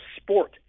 sport